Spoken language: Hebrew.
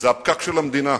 זה הפקק של המדינה.